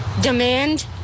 demand